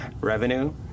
revenue